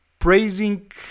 praising